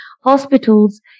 hospitals